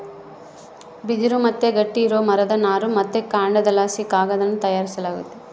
ಬಿದಿರು ಮತ್ತೆ ಗಟ್ಟಿ ಇರೋ ಮರದ ನಾರು ಮತ್ತೆ ಕಾಂಡದಲಾಸಿ ಕಾಗದಾನ ತಯಾರಿಸಲಾಗ್ತತೆ